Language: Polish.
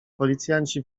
policjanci